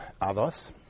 others